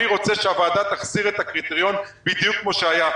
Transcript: אני רוצה שהוועדה תחזיר את הקריטריון בדיוק כמו שהיה.